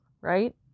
Right